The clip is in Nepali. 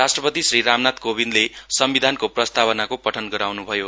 राष्ट्रपति श्री रामनाथ कोविन्दले संविधानको प्रस्तावनाको पठन गराउनुभयो